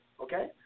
okay